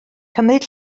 cymryd